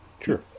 Sure